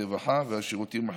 הרווחה והשירותים החברתיים.